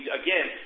again